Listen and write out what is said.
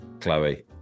Chloe